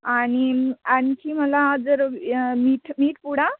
आणि आणखी मला जर मीठ मीठ पुडा